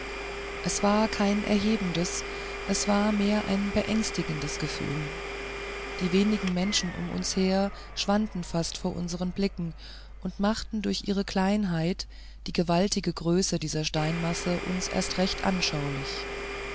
es war kein erhebendes es war mehr ein beängstigendes gefühl die wenigen menschen um uns her schwanden fast vor unseren blicken und machten durch ihre kleinheit die gewaltige größe dieser steinmasse uns erst recht anschaulich